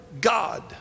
God